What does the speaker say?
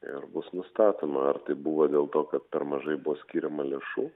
ir bus nustatoma ar tai buvo dėl to kad per mažai buvo skiriama lėšų